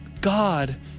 God